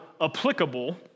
applicable